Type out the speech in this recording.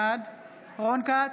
בעד רון כץ,